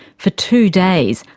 for two days,